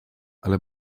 ale